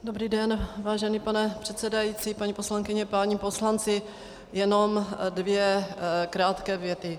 Dobrý den, vážený pane předsedající, paní poslankyně, páni poslanci, jenom dvě krátké věty.